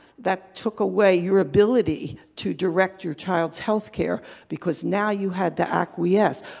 that took away your ability to direct your child's healthcare because now you had to acquiesce.